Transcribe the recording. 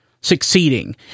succeeding